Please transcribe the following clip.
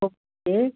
okay